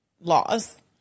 laws